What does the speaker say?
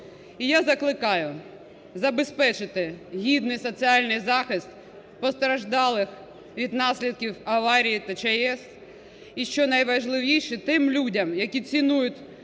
І я закликаю забезпечити гідний соціальний захист постраждалих від наслідків аварії та ЧАЕС, і, що найважливіше, тим людям, які цінують